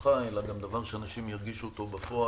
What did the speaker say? לזכותך אלא דבר שאנשים ירגישו אותו בפועל.